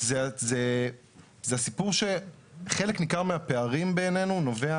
זה הסיפור שחלק ניכר מהפערים בעינינו נובע